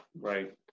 right